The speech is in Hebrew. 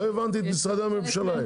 לא הבנתי את משרדי הממשלה.